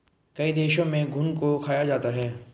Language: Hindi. कई देशों में घुन को खाया जाता है